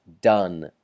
done